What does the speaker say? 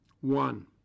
One